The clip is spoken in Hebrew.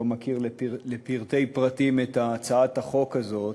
מכיר לפרטי פרטים את הצעת החוק הזאת,